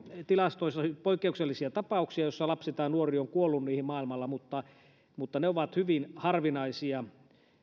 tilastoissa poikkeuksellisia tapauksia että lapsi tai nuori on kuollut siihen maailmalla mutta mutta ne ovat hyvin harvinaisia